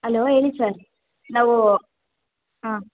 hello ಹೇಳಿ sir ನಾವು ಹಾಂ